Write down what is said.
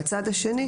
מהצד השני,